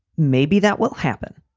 maybe that will happen.